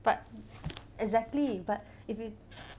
but exactly but if you